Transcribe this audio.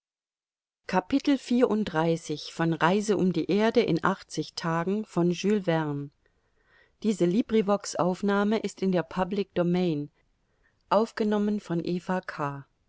die welt in achtzig tagen